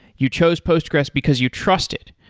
you chose postgressql because you trust it.